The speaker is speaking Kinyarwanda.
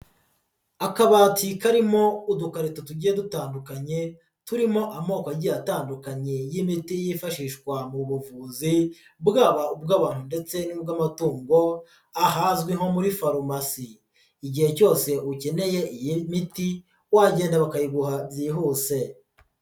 akabati karimo udukarito tugiye dutandukanye, turimo amoko agiye atandukanye y'imiti yifashishwa mu buvuzi, bwaba ubw'abantu ndetse n'ubw'amatungo ahazwi nko muri farumasi, igihe cyose ukeneye iyi miti wagenda bakayiguha byihuse.